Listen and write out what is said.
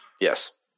Yes